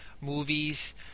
movies